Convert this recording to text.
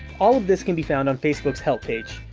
all of this can be found on facebook's help page.